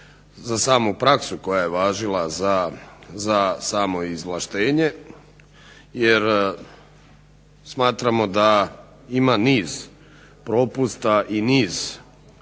za samu praksu koja je važila za samo izvlaštenje jer smatramo da ima niz propusta i niz